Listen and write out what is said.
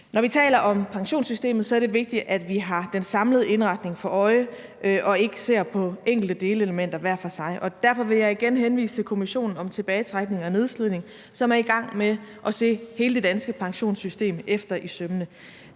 Når vi taler om pensionssystemet, er det vigtigt, at vi har os den samlede indretning for øje og ikke ser på enkelte delelementer hver for sig. Derfor vil jeg igen henvise til Kommissionen om tilbagetrækning og nedslidning, som er i gang med at se hele det danske pensionssystem efter i sømmene.